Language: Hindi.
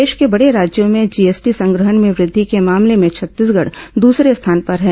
देश के बड़े राज्यों में जीएसटी संग्रहण में वृद्धि के मामले में छत्तीसगढ़ दूसरे स्थान पर है